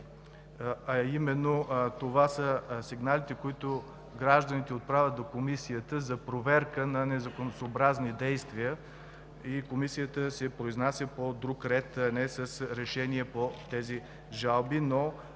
година. Това са сигналите, които гражданите отправят до Комисията, за проверка на незаконосъобразни действия. Комисията се произнася по друг ред, а не с решение по тези жалби.